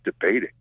debating